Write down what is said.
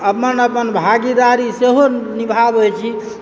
अपन अपन भागीदारी सेहो निभाबैत छी